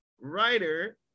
writer